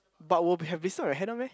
but will be have this type of hand one meh